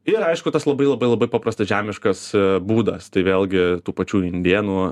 ir aišku tas labai labai labai paprastas žemiškas būdas tai vėlgi tų pačių indėnų